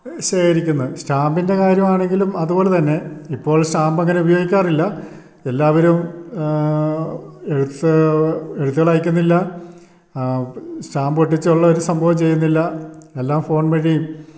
ശേഖരിക്കുന്നത് സ്റ്റാമ്പിൻ്റെ കാര്യമാണെങ്കിലും അതുപോലെ തന്നെ ഇപ്പോൾ സ്റ്റാമ്പങ്ങനെ ഉപയോഗിക്കാറില്ല എല്ലാവരും എഴുത്ത് എഴുത്തുകൾ അയക്കുന്നില്ല സ്റ്റാമ്പൊട്ടിച്ചൊള്ള ഒരു സംഭവം ചെയ്യുന്നില്ല എല്ലാം ഫോൺ വഴി